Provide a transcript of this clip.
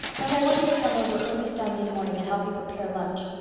and i want you to come over early saturday morning and help me prepare lunch.